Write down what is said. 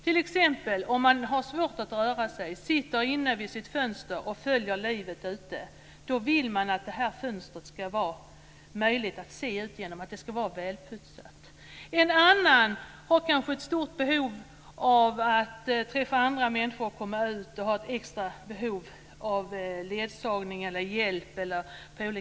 Den som t.ex. har svårt att röra sig och sitter inne vid sitt fönster och följer livet ute vill att fönstret ska vara välputsat. En annan pensionär, som kanske har ett stort behov av att komma ut och träffa andra människor, kan ha ett extra behov av ledsagning eller annan hjälp med detta.